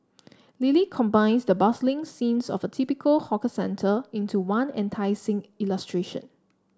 Lily combines the bustling scenes of a typical hawker centre into one enticing illustration